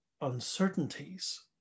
uncertainties